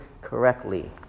correctly